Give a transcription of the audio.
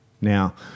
Now